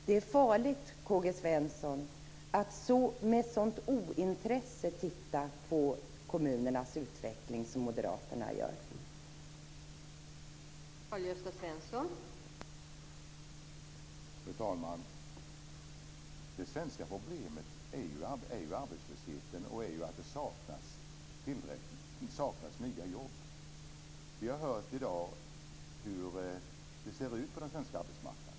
Det är farligt att titta på kommunernas utveckling med ett sådant ointresse som Moderaterna visar, K-G